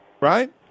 Right